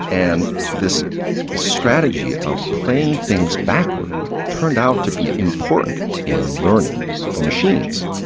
and this strategy of playing things backward turned out to be important in learning for machines.